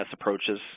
approaches